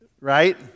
Right